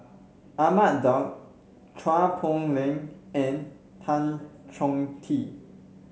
Ahmad Daud Chua Poh Leng and Tan Chong Tee